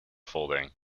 folding